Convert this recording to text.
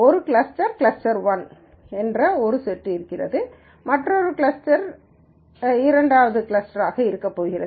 ஒரு cluster cluster 1 க்கு ஒரு செட் இருக்கப் போகிறது மற்ற க்ளஸ்டர் 2 க்கு இன்னொரு செட் இருக்கப் போகிறது